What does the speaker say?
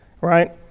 Right